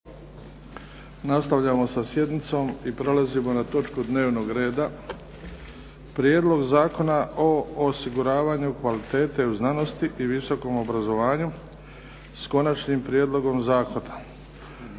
Nastavljamo sa sjednicom. Prelazimo na točku dnevnog reda 5. Prijedlog zakona o osiguravanju kvalitete u znanosti i visokom obrazovanju, s konačnim prijedlogom zakona,